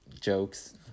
jokes